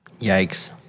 Yikes